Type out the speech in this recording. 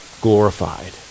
glorified